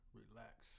relax